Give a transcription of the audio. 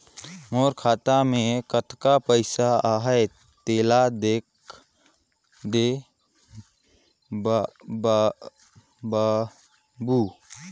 मोर खाता मे कतेक पइसा आहाय तेला देख दे बाबु?